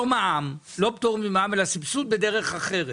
מע"מ לא פטור ממע"מ אלא סבסוד בדרך אחרת,